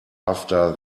after